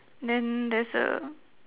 then there's a